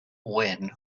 wind